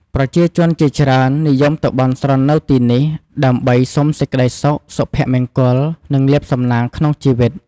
ប្រជាជនជាច្រើននិយមទៅបន់ស្រន់នៅទីនេះ ដើម្បីសុំសេចក្ដីសុខ សុភមង្គល និងលាភសំណាងក្នុងជីវិត។